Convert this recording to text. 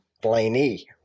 Blaney